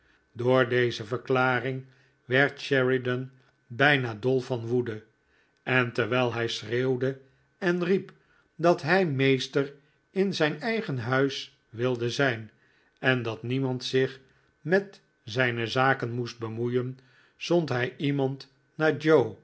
door deze verklaring werd sheridan bijna dol van woede en terwijl hij schreeuwde en riep dat hij meester in zijn eigen huis wilde zijn en dat niemand zich met zijne zaken moest bemoeien zond hij iemand naar